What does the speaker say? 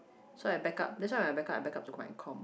so I back up that's why when I back up I back up to my com